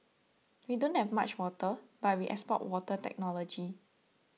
we don't have much water but we export water technology